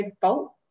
bolt